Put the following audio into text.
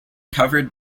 covered